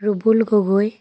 Rubul Gogoi